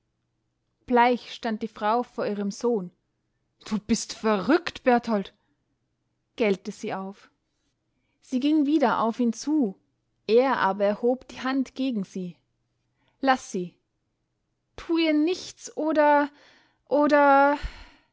bleich stand die frau vor ihrem sohn du bist verrückt berthold gellte sie auf sie ging wieder auf ihn zu er aber erhob die hand gegen sie laß sie tu ihr nichts oder oder